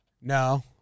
No